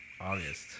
August